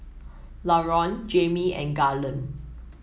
Laron Jamie and Garland